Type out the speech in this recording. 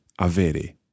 avere